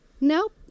Nope